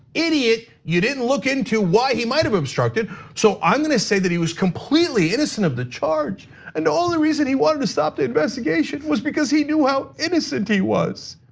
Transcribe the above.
idiot, you didn't look into why he might have obstructed. so i'm gonna say that he was completely innocent of the charge and all the reason he wanted to stop the investigation was because he knew how innocent he was.